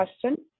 question